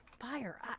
fire